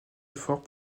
efforts